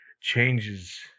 changes